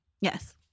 Yes